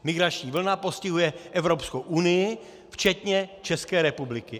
Migrační vlna postihuje Evropskou unii včetně České republiky.